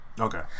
Okay